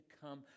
come